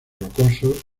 rocosos